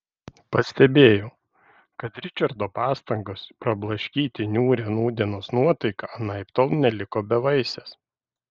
pastebėjau kad ričardo pastangos prablaškyti niūrią nūdienos nuotaiką anaiptol neliko bevaisės